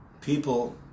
people